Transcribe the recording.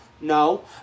No